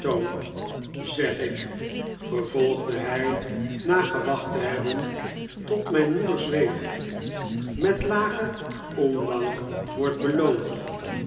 zeg ik vervolgde hij na gewacht te hebben tot mijn moeder zweeg met lagen ondank wordt beloond